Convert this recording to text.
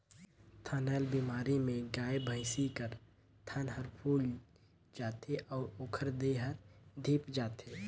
थनैल बेमारी में गाय, भइसी कर थन हर फुइल जाथे अउ ओखर देह हर धिप जाथे